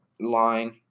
line